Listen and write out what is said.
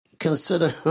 consider